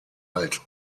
halt